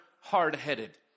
hard-headed